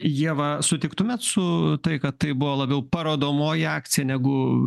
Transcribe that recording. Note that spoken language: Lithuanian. ieva sutiktumėt su tai kad tai buvo labiau parodomoji akcija negu